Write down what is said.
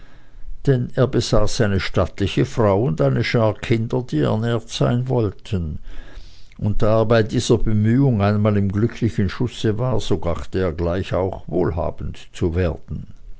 denn er besaß eine stattliche frau und eine schar kinder die ernährt sein wollten und da er bei dieser bemühung einmal im glücklichen schusse war so gedachte er gleich auch wohlhabend zu werden